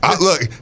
Look